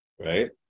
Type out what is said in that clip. Right